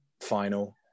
final